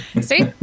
See